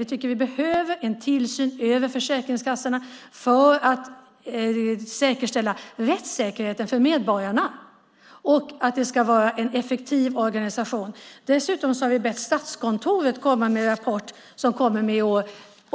Vi tycker att vi behöver en tillsyn över Försäkringskassan för att säkerställa rättssäkerheten för medborgarna och att organisationen är effektiv. Dessutom har jag bett Statskontoret komma med en rapport som